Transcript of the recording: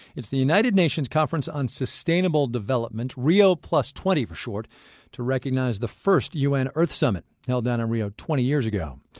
it's the united nations conference on sustainable development rio plus twenty, for short to recognize the first u n. earth summit held in um rio twenty years ago.